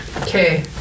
Okay